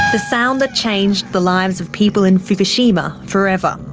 the sound that changed the lives of people in fukushima forever.